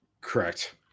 Correct